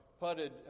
putted